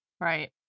Right